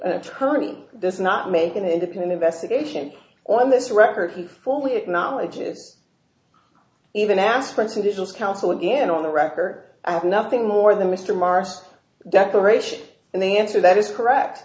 apply attorney does not make an independent investigation on this record he fully acknowledges even aspirin seditious counsel again on the record i have nothing more than mr marsh declaration and the answer that is correct